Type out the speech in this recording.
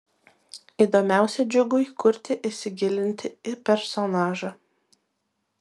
įdomiausia džiugui kurti įsigilinti į personažą